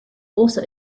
also